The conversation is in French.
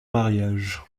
mariage